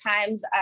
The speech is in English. times